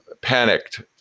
panicked